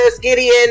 gideon